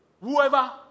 Whoever